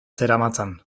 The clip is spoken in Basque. zeramatzan